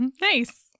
Nice